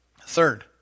Third